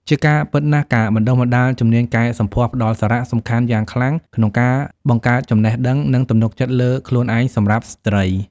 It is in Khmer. ជាការពិតណាស់ ការបណ្តុះបណ្តាលជំនាញកែសម្ផស្សផ្តល់សារៈសំខាន់យ៉ាងខ្លាំងក្នុងការបង្កើនចំណេះដឹង និងទំនុកចិត្តលើខ្លួនឯងសម្រាប់ស្ត្រី។